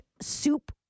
soup